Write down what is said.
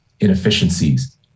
inefficiencies